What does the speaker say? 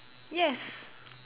yes